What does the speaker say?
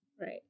Right